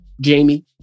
Jamie